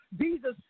Jesus